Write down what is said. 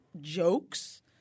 jokes